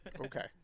okay